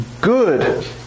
good